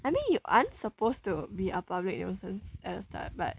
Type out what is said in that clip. I mean you aren't supposed to be a public nuisance at the start but